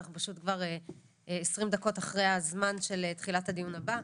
אנחנו פשוט כבר 20 דקות אחרי הזמן של תחילת הדיון הבא,